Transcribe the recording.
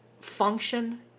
function